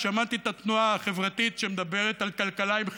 שמעתי את התנועה החברתית שמדברת על כלכלה עם חמלה.